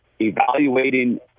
evaluating